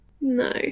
no